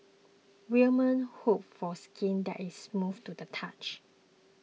women hope for skin that is soft to the touch